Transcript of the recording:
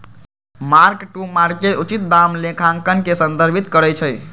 mark to market उचित दाम लेखांकन के संदर्भित करइ छै